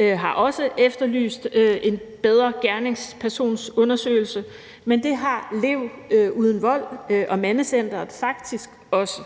har også efterlyst en bedre gerningspersonsundersøgelse, men det har Lev Uden Vold og Mandecentret faktisk også